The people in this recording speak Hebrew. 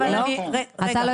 אתה לא